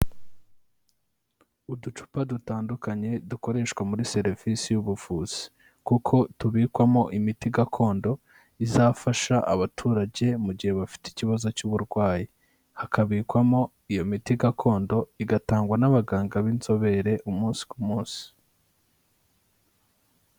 Uducupa dutandukanye dukoreshwa muri serivisi y'ubuvuzi kuko tubikwamo imiti gakondo izafasha abaturage mu gihe bafite ikibazo cy'uburwayi, hakabikwamo iyo miti gakondo igatangwa n'abaganga b'inzobere umunsi ku munsi.